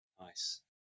Nice